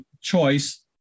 choice